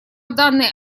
данным